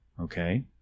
okay